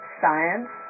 science